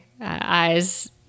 eyes